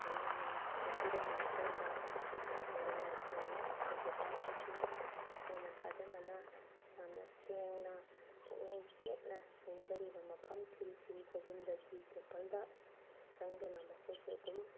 ꯃꯣꯏꯅ ꯁꯦꯠꯄꯤꯔꯕ ꯃꯇꯨꯡꯗ ꯆꯪ ꯆꯪꯗꯨꯅ ꯂꯥꯏ ꯈꯣꯏꯔꯝꯃꯤ ꯑꯗꯨꯗꯨꯒ ꯑꯩꯈꯣꯏꯒꯤ ꯍꯦꯟꯅ ꯊꯥꯖꯅꯅ ꯌꯥꯝꯅ ꯁꯦꯡꯅ ꯄꯨꯛꯅꯤꯡ ꯆꯦꯠꯅ ꯅꯤꯡꯖꯔꯤꯕ ꯃꯐꯝ ꯁꯤꯔꯤ ꯁꯤꯔꯤ ꯒꯣꯚꯤꯟꯗꯖꯤ ꯇꯦꯝꯄꯜꯗ ꯆꯪꯗꯨꯅ ꯃꯈꯣꯏꯁꯨ ꯑꯗꯨꯝ